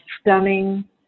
stunning